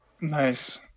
nice